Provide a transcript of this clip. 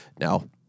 now